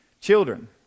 children